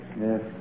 Yes